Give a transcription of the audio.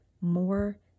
more